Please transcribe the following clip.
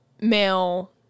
male